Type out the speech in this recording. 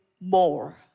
more